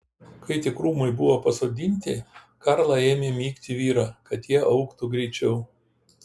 kai tik krūmai buvo pasodinti karla ėmė mygti vyrą kad tie augtų greičiau